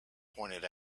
pointed